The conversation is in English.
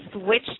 switch